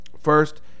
First